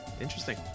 interesting